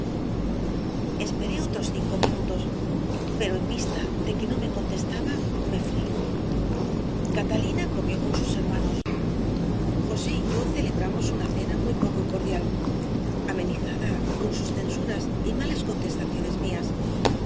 otros cinco minutos pero en vista de que no me contestaba me fui catalina comió con sus hermanos josé y yo celebramos una cena muy poco cordial amenizada con sus censuras y malas contestaciones mías